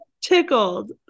Tickled